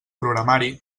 programari